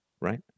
right